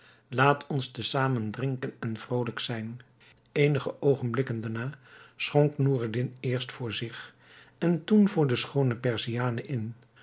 laat ons te zamen drinken en vrolijk zijn eenige oogenblikken daarna schonk noureddin eerst voor zich en toen voor de schoone perziane in